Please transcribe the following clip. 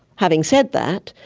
having said that,